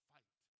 Fight